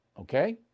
Okay